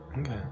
Okay